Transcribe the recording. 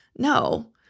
No